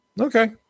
Okay